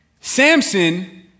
Samson